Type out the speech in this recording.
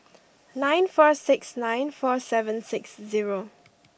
nine four six nine four seven six zero